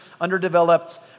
underdeveloped